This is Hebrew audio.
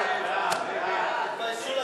תתביישו לכם,